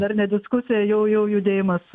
dar ne diskusija jau jau judėjimas